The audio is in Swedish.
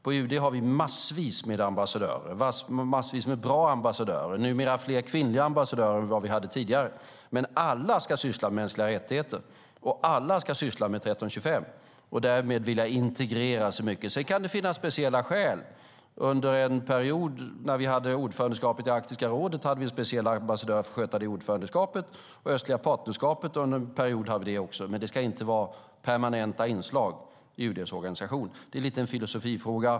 På UD har vi massvis med ambassadörer och massvis med bra ambassadörer. Numera har vi fler kvinnliga ambassadörer än vi hade tidigare. Men alla ska syssla med mänskliga rättigheter, och alla ska syssla med resolution 1325 och därmed vilja integrera mycket. Sedan kan det finnas speciella skäl. Under en period när vi hade ordförandeskapet i Arktiska rådet hade vi en speciell ambassadör för att sköta detta ordförandeskap. Under en period hade vi det även för det östliga partnerskapet. Men det ska inte vara permanenta inslag i UD:s organisation. Det är lite grann en filosofifråga.